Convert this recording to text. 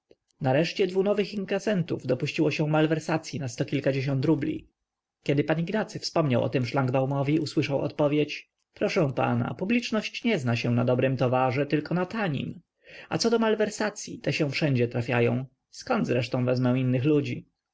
nareszcie dwu nowych inkasentów dopuściło się malwersacyi na sto kilkadziesiąt rubli kiedy pan ignacy wspomniał o tem szlangbaumowi usłyszał odpowiedź proszę pana publiczność nie zna się na dobrym towarze tylko na tanim a co do malwersacyi te się wszędzie trafiają zkąd zresztą wezmę innych ludzi